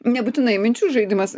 nebūtinai minčių žaidimas